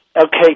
Okay